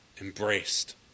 embraced